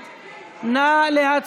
1. נא להצביע.